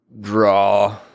draw